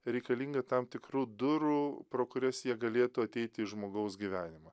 reikalingą tam tikrų durų pro kurias jie galėtų ateiti į žmogaus gyvenimą